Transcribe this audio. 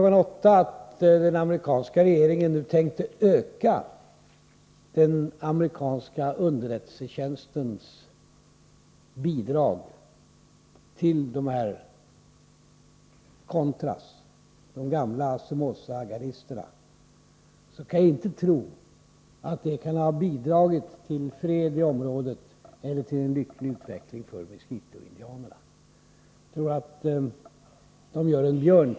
8 i morse att den amerikanska regeringen nu tänker öka den amerikanska underrättelsetjänstens bidrag till dessa contras, de gamla Somoza-gardisterna, men jag kan inte tro att det kan bidra till fred i området eller till en lycklig utveckling för miskitoindianerna.